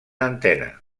antena